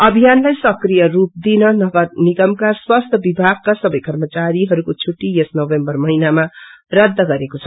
अभियानलाई सक्रिय रूप दिन नगर निगमका स्वास्थ्य विभागका सवै कर्मचारहरूको छट्टी यस नोभेम्वर महिनामा रद्ध गरेको छ